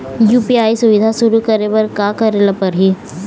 UPI सुविधा शुरू करे बर का करे ले पड़ही?